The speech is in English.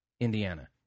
Indiana